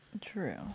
True